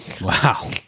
Wow